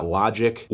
logic